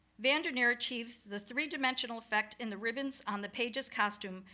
van der neer achieves the three dimensional effect in the ribbons on the page's costume,